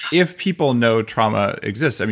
if people know trauma exists.